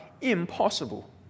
impossible